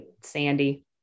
sandy